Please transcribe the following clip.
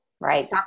Right